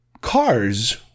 cars